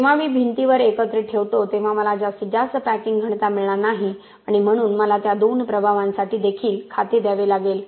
जेव्हा मी भिंतीवर एकत्रित ठेवतो तेव्हा मला जास्तीत जास्त पॅकिंग घनता मिळणार नाही आणि म्हणून मला त्या दोन प्रभावांसाठी देखील खाते द्यावे लागेल